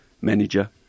manager